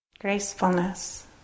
Gracefulness